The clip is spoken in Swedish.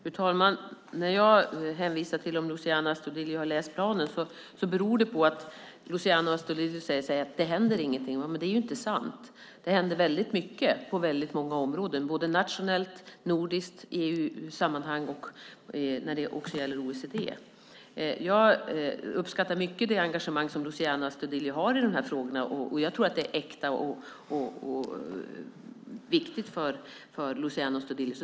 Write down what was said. Fru talman! När jag undrar om Luciano Astudillo har läst planen beror det på att Luciano Astudillo säger att det inte händer någonting. Det är ju inte sant. Det händer väldigt mycket på väldigt många områden, både nationellt, nordiskt, i EU-sammanhang och när det gäller OECD. Jag uppskattar mycket det engagemang som Luciano Astudillo har i de här frågorna. Jag tror att det är äkta och viktigt för Luciano Astudillo.